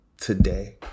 today